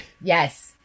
Yes